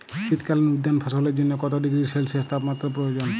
শীত কালীন উদ্যান ফসলের জন্য কত ডিগ্রী সেলসিয়াস তাপমাত্রা প্রয়োজন?